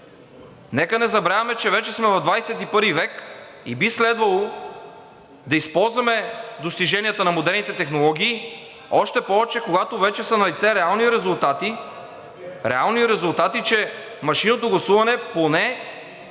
Нека не забравяме, че вече сме в XXI век и би следвало да използваме достиженията на модерните технологии, още повече, когато вече са налице реални резултати, че машинното гласуване поне